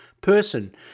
person